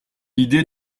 idée